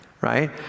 right